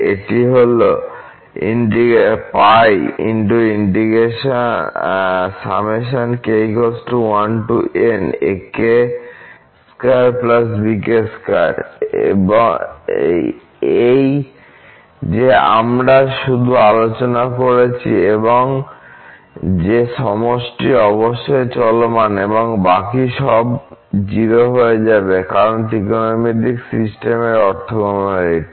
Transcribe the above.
একটি হল এই এই যে আমরা শুধু আলোচনা করেছি এবং যে সমষ্টি অবশ্যই চলমান এবং বাকি সব 0 হয়ে যাবে কারণ ত্রিকোণমিতিক সিস্টেমের অর্থগোনালিটি